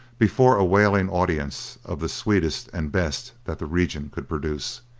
before a wailing audience of the sweetest and best that the region could produce.